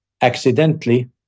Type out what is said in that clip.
accidentally